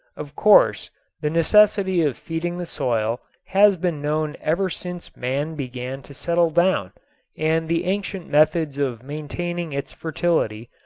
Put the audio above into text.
of course the necessity of feeding the soil has been known ever since man began to settle down and the ancient methods of maintaining its fertility,